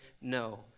no